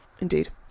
Indeed